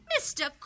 Mr